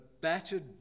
battered